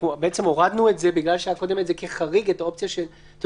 בכל